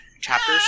chapters